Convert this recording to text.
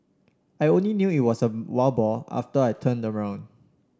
I only knew it was a wild boar after I turned around